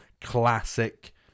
classic